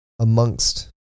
amongst